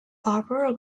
barbara